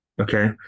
Okay